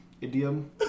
idiom